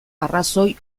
arrazoi